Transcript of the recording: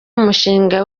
umushinga